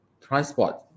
Transport